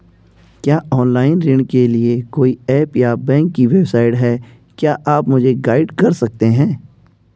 क्या ऑनलाइन ऋण के लिए कोई ऐप या बैंक की वेबसाइट है क्या आप मुझे गाइड कर सकते हैं?